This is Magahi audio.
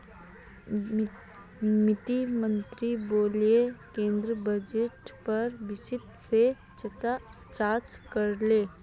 वित्त मंत्री अयेज केंद्रीय बजटेर पर विस्तार से चर्चा करले